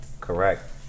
Correct